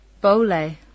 Bole